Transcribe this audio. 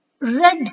red